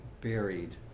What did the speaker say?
buried